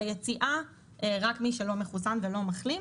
ביציאה רק מי שלא מחוסן ולא מחלים.